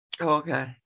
Okay